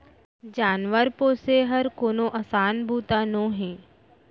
जानवर पोसे हर कोनो असान बूता नोहे